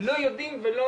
לא יודעים ולא